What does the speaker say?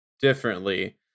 differently